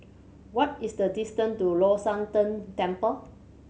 what is the distance to Long Shan Tang Temple